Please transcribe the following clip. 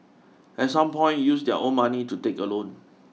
at some point use their own money to take a loan